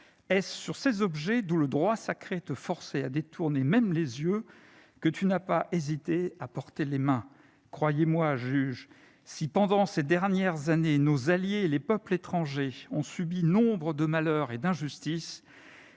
Est-ce sur ces objets, dont le droit sacré te forçait à détourner même les yeux, que tu n'as pas hésité à porter les mains ?[...] Croyez-moi, juges, [...] si pendant ces dernières années nos alliés et les peuples étrangers ont subi nombre de malheurs et d'injustices,